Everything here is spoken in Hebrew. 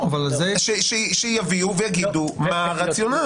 שיביאו ויגידו מה הרציונל.